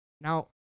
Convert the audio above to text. Now